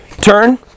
turn